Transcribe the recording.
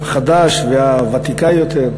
החדש והוותיקה יותר,